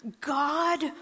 God